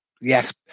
yes